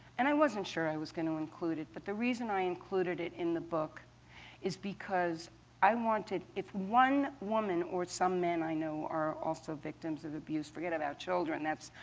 and i wasn't sure i was going to include it. but the reason i included it in the book is because i wanted if one woman or some men i know are also victims of abuse, forget about children that's,